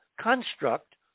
construct